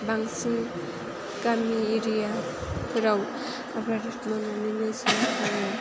बांसिन गामि एरियाफोराव आबाद मावनानैनो जानो हायो